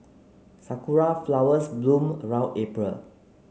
sakura flowers bloom around April